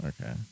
Okay